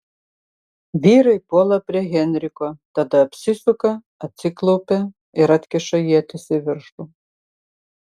vyrai puola prie henriko tada apsisuka atsiklaupia ir atkiša ietis į viršų